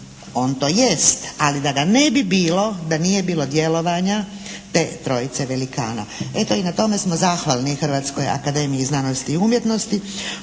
On to jest, ali da ga ne bi bilo da nije bilo djelovanja te trojice velikana. Eto i na tome smo zahvalni Hrvatskoj akademiji znanosti i umjetnosti